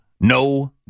No